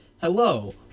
Hello